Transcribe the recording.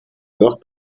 dos